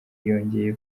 yongeye